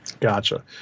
Gotcha